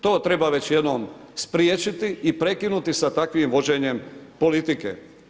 To treba već jednom spriječiti i prekinuti s takvim vođenjem politike.